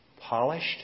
polished